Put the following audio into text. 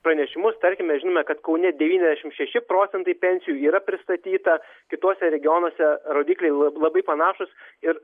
pranešimus tarkime žinome kad kaune devyniasdešim šeši procentai pensijų yra pristatyta kituose regionuose rodikliai la labai panašūs ir